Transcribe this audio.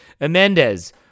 Amendez